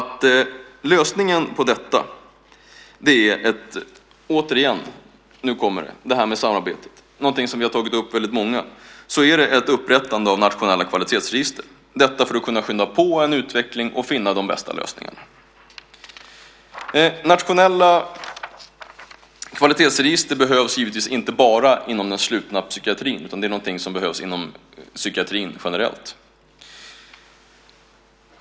Lösningen på detta tror jag är, och nu kommer samarbete återigen, någonting som väldigt många har tagit upp, nämligen upprättande av nationella kvalitetsregister för att kunna skynda på en utveckling och finna de bästa lösningarna. Nationella kvalitetsregister behövs naturligtvis inte bara inom den slutna psykiatrin. Det är någonting som behövs inom psykiatrin generellt.